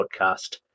podcast